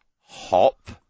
hop